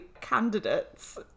candidates